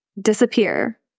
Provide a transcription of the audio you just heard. disappear